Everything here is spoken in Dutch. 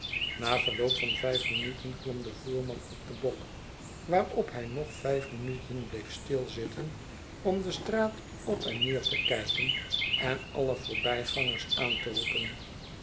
na verloop van vijf minuten klom de voerman op den bok waarop hy nog vyf minuten bleef stilzitten om de straat op en neer te kijken en alle voorbij gangers aan te roepen